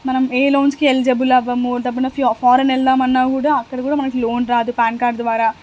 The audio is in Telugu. మనం ఏ లోన్స్కి ఎలిజబుల్ అవ్వము దబ్బున ఫా ఫారన్ వెళ్ళదాము కూడా అక్కడ కూడా మనకి లోన్ రాదు పాన్ కార్డ్ ద్వారా